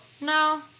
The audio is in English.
No